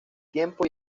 tiempo